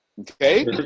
okay